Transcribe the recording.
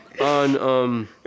On